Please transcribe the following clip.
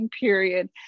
period